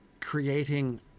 creating